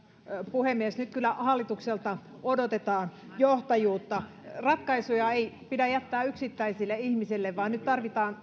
puhemies nyt kyllä hallitukselta odotetaan johtajuutta ratkaisuja ei pidä jättää yksittäisille ihmisille vaan nyt tarvitaan